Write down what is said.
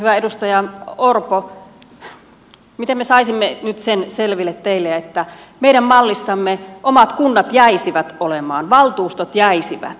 hyvä edustaja orpo miten me saisimme teille nyt selväksi sen että meidän mallissamme omat kunnat jäisivät olemaan valtuustot jäisivät